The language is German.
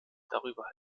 darüber